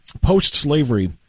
post-slavery